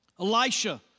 Elisha